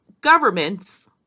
governments